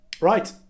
Right